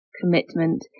commitment